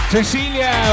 Cecilia